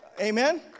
Amen